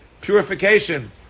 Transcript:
purification